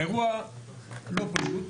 אירוע לא פשוט,